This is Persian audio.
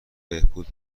بهبود